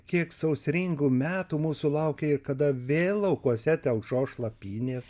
kiek sausringų metų mūsų laukia ir kada vėl laukuose telkšos šlapynės